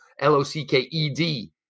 L-O-C-K-E-D